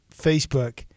Facebook